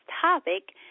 topic